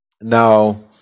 Now